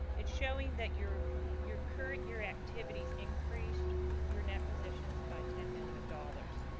it's showing that your your current year activities increased your net positions by ten million dollars.